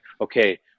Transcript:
okay